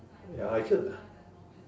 ya I killed a